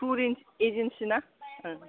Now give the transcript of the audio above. tourist agency ना